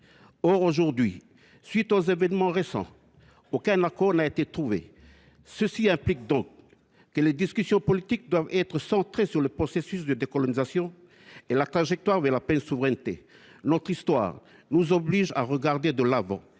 Or, à la suite des événements récents, aucun accord n’a été trouvé. Il convient donc que les discussions politiques soient centrées sur le processus de décolonisation et la trajectoire vers la pleine souveraineté. Notre histoire nous oblige à regarder vers l’avant,